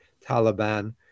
Taliban